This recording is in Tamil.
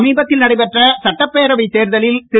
சமீபத்தில் நடைபெற்ற சட்டப்பேரவைத் தேர்தலில் திரு